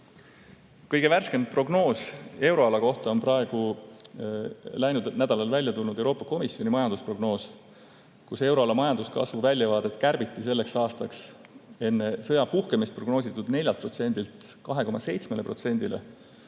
Kõige värskem prognoos euroala kohta on läinud nädalal välja tulnud Euroopa Komisjoni majandusprognoos, milles euroala majanduskasvu väljavaadet kärbiti selleks aastaks enne sõja puhkemist prognoositud 4%‑lt